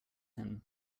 him